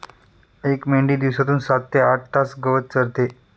एक मेंढी दिवसातून सात ते आठ तास गवत चरते